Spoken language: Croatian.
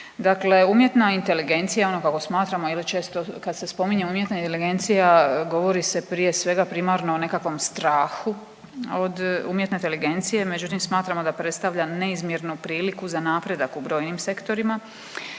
Dakle umjetna inteligencija, ono kako smatramo ili često, kad se spominje UI, govori se prije svega, primarno o nekakvom strahu od UI, međutim, smatramo da predstavlja neizmjernu priliku za napredak u brojnim sektorima.